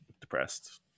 depressed